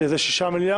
שזה 6 מיליארד?